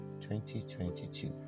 2022